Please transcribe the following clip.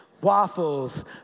waffles